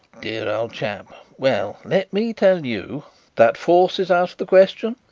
dear old chap! well, let me tell you that force is out of the question.